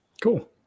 cool